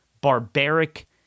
barbaric